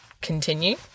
continue